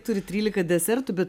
turi trylika desertų bet